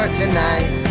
tonight